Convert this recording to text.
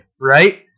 right